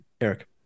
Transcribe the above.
Eric